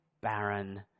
barren